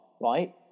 right